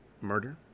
murder